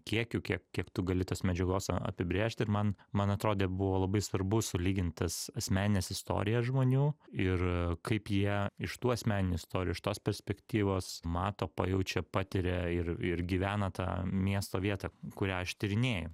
kiekiu kiek kiek tu gali tos medžiagos a apibrėžt ir man man atrodė buvo labai svarbu sulygint tas asmenines istorijas žmonių ir kaip jie iš tų asmeninių istorijų iš tos perspektyvos mato pajaučia patiria ir ir gyvena tą miesto vietą kurią aš tyrinėju